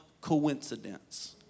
coincidence